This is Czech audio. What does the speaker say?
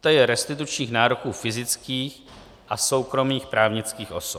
tj. restitučních nároků fyzických a soukromých právnických osob.